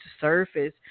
surface